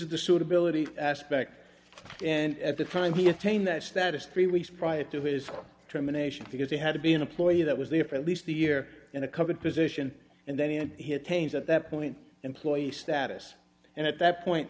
is the suitability aspect and at the time he attained that status three weeks prior to his termination because he had to be an employee that was there for at least a year and a covered position and then he had hit pains at that point employee status and at that point